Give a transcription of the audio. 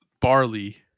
barley